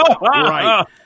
Right